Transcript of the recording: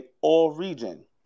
All-Region